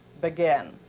began